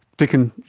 dicken,